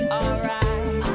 alright